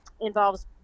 involves